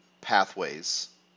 pathways